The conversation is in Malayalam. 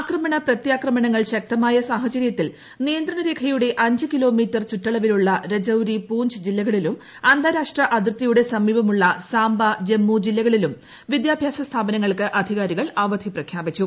ആക്രമണ പ്രത്യാക്രമണങ്ങൾ ശക്തമായ സാഹചര്യത്തിൽ നിയന്ത്രണരേഖയുടെ അഞ്ച് കിലോമീറ്റർ ചുറ്റളവിലുള്ള രജൌരി പൂഞ്ച് ജില്ലകളിലും അന്താരാഷ്ട്ര അതിർത്തിയുടെ സമീപമുള്ള സാംബ ജമ്മു ജില്ലകളിലും വിദ്യാഭ്യാസ സ്ഥാപനങ്ങൾക്ക് അധികാരികൾ അവധി പ്രഖ്യാപിച്ചു